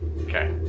Okay